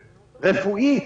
רפואית,